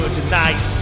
tonight